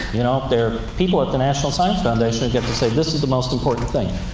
you know? there are people at the national science foundation who get to say, this is the most important thing.